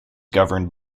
governed